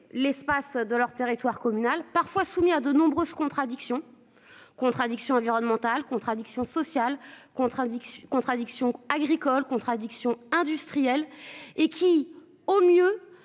l'espace de leur territoire communal parfois soumis à de nombreuses contradictions. Contradictions environnementale contradictions sociales contradiction, contradiction agricole contradiction industrielle et qui au mieux